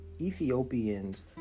Ethiopians